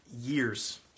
years